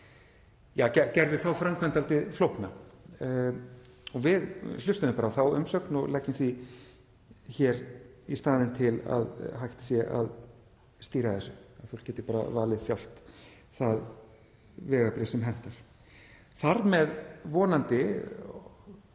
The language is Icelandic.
gerði þá framkvæmd dálítið flókna. Við hlustuðum á þá umsögn og leggjum því hér í staðinn til að hægt sé að stýra þessu, fólk geti bara valið sjálft það vegabréf sem hentar. Þar með minnkar